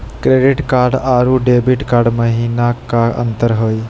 Credit card अरू debit card महिना का अंतर हई?